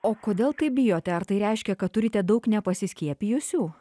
o kodėl taip bijote ar tai reiškia kad turite daug nepasiskiepijusių